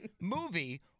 movie